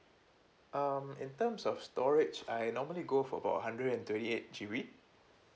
um in terms of storage I normally go for about hundred and twenty eight G_B